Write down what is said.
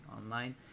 online